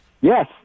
Yes